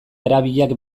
arabiak